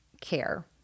care